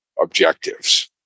objectives